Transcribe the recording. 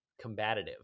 combative